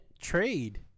trade